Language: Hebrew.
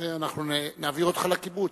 נעביר אותך לקיבוץ.